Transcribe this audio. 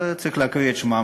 צריך להקריא את שמם,